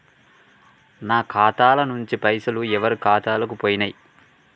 నా ఖాతా ల నుంచి పైసలు ఎవరు ఖాతాలకు పోయినయ్?